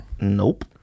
Nope